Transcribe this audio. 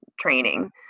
training